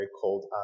called